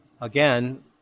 again